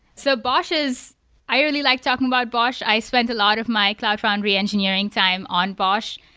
so bosh is i really like talking about bosh. i spent a lot of my cloud foundry engineering time on bosh.